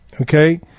Okay